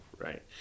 Right